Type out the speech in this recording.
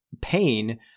pain